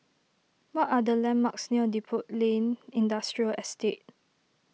what are the landmarks near Depot Lane Industrial Estate